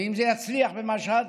אם זה יצליח במשהד,